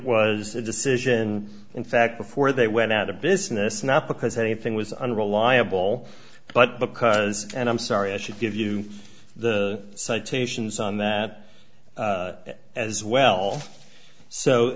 was a decision in fact before they went out of business not because anything was unreliable but because and i'm sorry i should give you the citations on that as well so